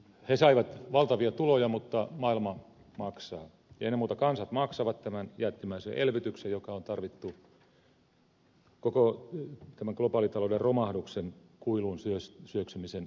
he saivat valtavia tuloja mutta maailma maksaa ja ennen muuta kansat maksavat tämän jättimäisen elvytyksen joka on tarvittu koko tämän globaalitalouden romahduksen kuiluun syöksymisen estämiseksi